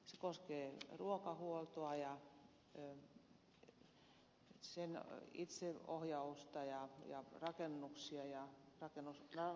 se koskee ruokahuoltoa ja sen itseohjausta ja rakennuksia ja rakennusten terveyttä ja montaa muuta seikkaa